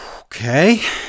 Okay